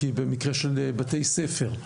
במקרה של בתי ספר.